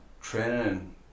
training